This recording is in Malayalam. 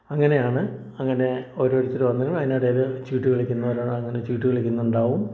അങ്ങനെയാണ് അങ്ങനെ ഓരോരുത്തരും വന്ന് അതിനിടയിൽ ചീട്ട് കളിക്കുന്നവരാണ് അങ്ങനെ ചീട്ട് കളിക്കുന്നുണ്ടാകും